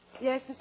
Yes